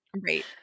Right